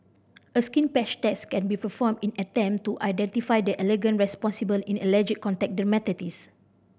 a skin patch test can be performed in attempt to identify the allergen responsible in allergic contact dermatitis